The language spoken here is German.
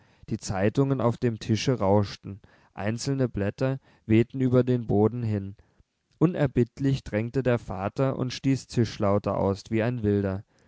die zeitungen auf dem tische rauschten einzelne blätter wehten über den boden hin unerbittlich drängte der vater und stieß zischlaute aus wie ein wilder